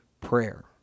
prayer